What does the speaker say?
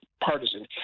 partisan